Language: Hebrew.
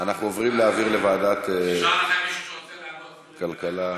להעביר לוועדת כלכלה.